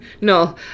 No